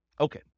Okay